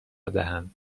دهند